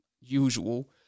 usual